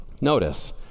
notice